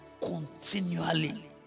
continually